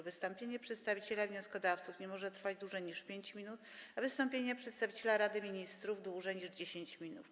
Wystąpienie przedstawiciela wnioskodawców nie może trwać dłużej niż 5 minut, a wystąpienie przedstawiciela Rady Ministrów - dłużej niż 10 minut.